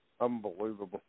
Unbelievable